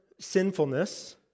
sinfulness